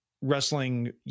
wrestling